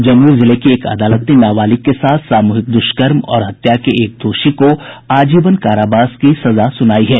जमुई जिले की एक अदालत ने नाबालिग के साथ सामूहिक दुष्कर्म और हत्या के एक दोषी को आजीवन कारावास की सजा सुनायी है